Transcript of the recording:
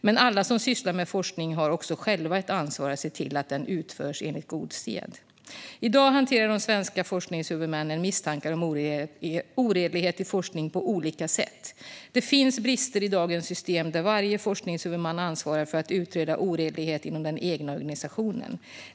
Men alla som sysslar med forskning har också själva ett ansvar att se till att den utförs enligt god sed. I dag hanterar de svenska forskningshuvudmännen misstankar om oredlighet i forskning på olika sätt. Det finns brister i dagens system där varje forskningshuvudman ansvarar för att utreda oredlighet inom den egna organisationen.